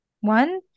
one